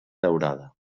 daurada